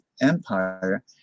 Empire